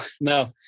no